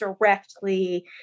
directly